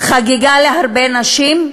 חגיגה להרבה נשים,